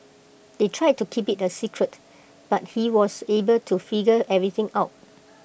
they tried to keep IT A secret but he was able to figure everything out